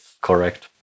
correct